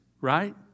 right